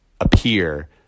appear